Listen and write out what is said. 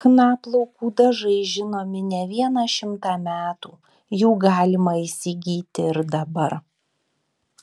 chna plaukų dažai žinomi ne vieną šimtą metų jų galima įsigyti ir dabar